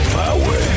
power